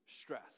stress